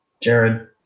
Jared